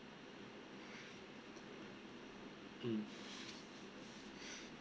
mm